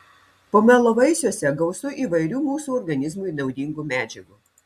pomelo vaisiuose gausu įvairių mūsų organizmui naudingų medžiagų